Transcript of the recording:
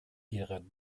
ihrer